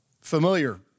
Familiar